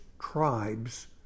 tribes